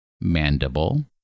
mandible